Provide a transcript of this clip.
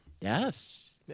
Yes